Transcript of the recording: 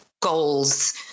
goals